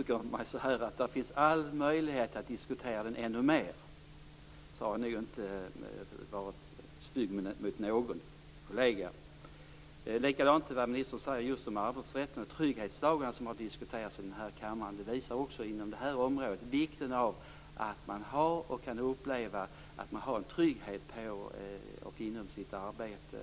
konstatera att det finns all möjlighet att diskutera den ännu mer har jag nog inte varit stygg mot någon kollega. Ministern talade om arbetsrätten. Trygghetslagarna har diskuterats här i kammaren. Det har också inom detta område visats på vikten av att man har och kan uppleva att man har en trygghet på arbetsmarknaden och i sitt arbete.